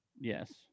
Yes